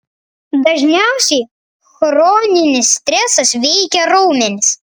dažniausiai chroninis stresas veikia raumenis